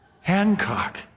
Hancock